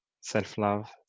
self-love